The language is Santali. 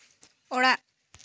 ᱚᱲᱟᱜ